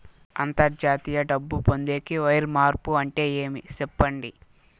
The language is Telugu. అంతర్జాతీయ డబ్బు పొందేకి, వైర్ మార్పు అంటే ఏమి? సెప్పండి?